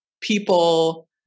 people